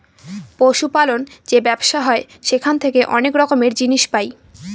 পশু পালন যে ব্যবসা হয় সেখান থেকে অনেক রকমের জিনিস পাই